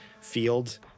field